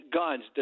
guns